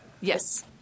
Yes